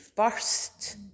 first